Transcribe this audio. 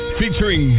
featuring